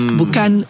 bukan